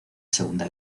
segunda